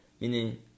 Meaning